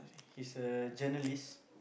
he's a journalist